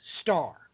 star